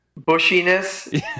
bushiness